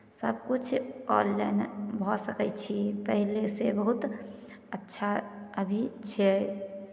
सभकिछु ऑनलाइन भऽ सकै छी पहिलेसँ बहुत अच्छा अभी छै